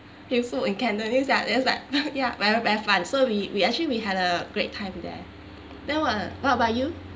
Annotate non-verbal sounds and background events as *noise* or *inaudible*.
he spoke in cantonese ya that is like *laughs* ya very very fun so we we actually we had a great time there then what uh what about you